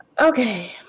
Okay